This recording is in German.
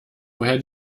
woher